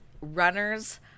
runner's